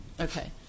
Okay